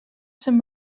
some